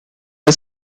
was